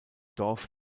dorf